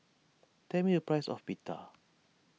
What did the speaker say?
tell me a price of Pita